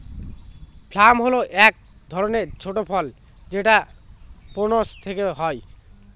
plum হল এক ধরনের ছোট ফল যেটা প্রুনস পেকে হয়